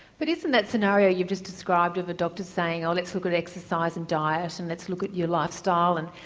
but isn't that scenario you've just described of a doctor saying oh let's look at exercise and diet and let's look at your lifestyle and,